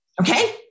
Okay